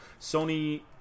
sony